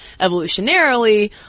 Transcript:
evolutionarily